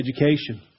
education